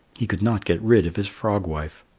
he could not get rid of his frog-wife.